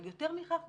יותר מכך,